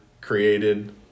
created